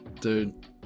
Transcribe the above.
dude